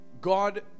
God